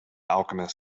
alchemist